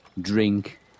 drink